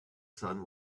son